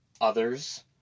others